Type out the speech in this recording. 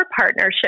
partnership